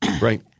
right